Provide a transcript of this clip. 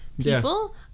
people